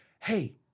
hey